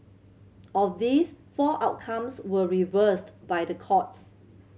of these four outcomes were reversed by the courts